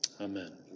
Amen